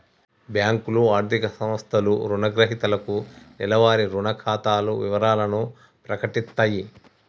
బ్యేంకులు, ఆర్థిక సంస్థలు రుణగ్రహీతలకు నెలవారీ రుణ ఖాతా వివరాలను ప్రకటిత్తయి